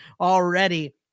already